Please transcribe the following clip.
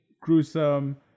gruesome